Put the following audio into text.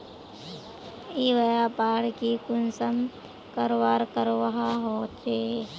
ई व्यापार की कुंसम करवार करवा होचे?